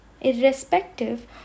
irrespective